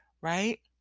right